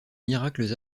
miracles